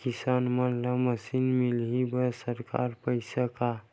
किसान मन ला मशीन मिलही बर सरकार पईसा का?